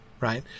right